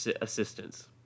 assistance